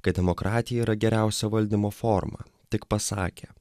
kad demokratija yra geriausia valdymo forma tik pasakė